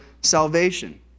salvation